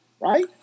right